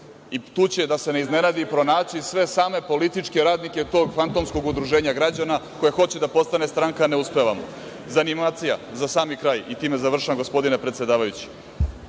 i tu će, da se ne iznenadi, pronaći sve same političke radnike tog fantomskog udruženja građana koje hoće da postane stranka a ne uspeva mu. Zanimacija, za sami kraj, i time završavam, gospodine predsedavajući,